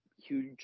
huge